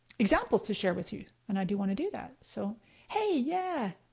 examples to share with you, and i do want to do that. so hey yeah,